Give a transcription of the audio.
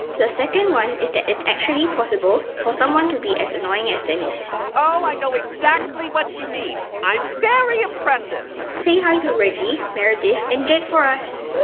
the second one is that it's actually possible for someone to be as annoying as dennis oh, i know exactly what you mean. i'm very impressive say hi to reggie, meredith and jed for us